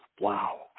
wow